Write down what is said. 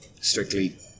strictly